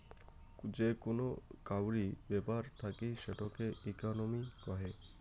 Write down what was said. যে কোন কাউরি ব্যাপার থাকি সেটাকে ইকোনোমি কহে